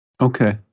okay